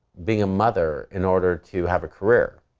being a mother in order to have a career.